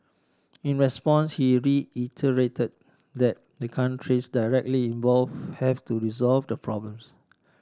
in response he reiterated that the countries directly involve have to resolve the problems